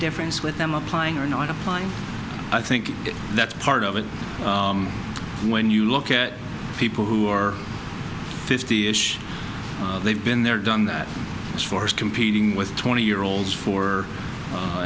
difference with them applying or not a fine i think that's part of it when you look at people who are fifty ish they've been there done that as far as competing with twenty year olds for